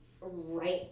right